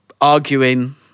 arguing